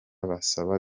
bagasaba